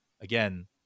Again